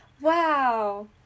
Wow